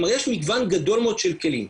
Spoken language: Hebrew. כלומר יש מגוון גדול מאוד של כלים.